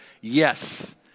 Yes